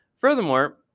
Furthermore